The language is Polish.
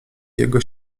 jego